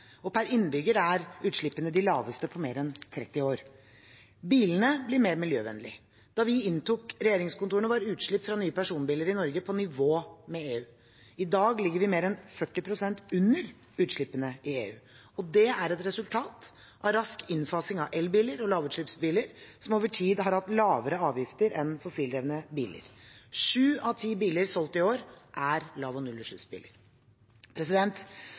og per innbygger er utslippene de laveste på mer enn 30 år. Bilene blir mer miljøvennlige. Da vi inntok regjeringskontorene, var utslipp fra nye personbiler i Norge på nivå med EU. I dag ligger vi mer enn 40 pst. under utslippene i EU. Det er et resultat av rask innfasing av elbiler og lavutslippsbiler som over tid har hatt lavere avgifter enn fossildrevne biler. Sju av ti biler solgt i år er lav- og nullutslippsbiler.